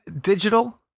digital